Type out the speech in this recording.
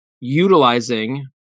utilizing